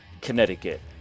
Connecticut